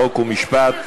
חוק ומשפט.